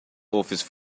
office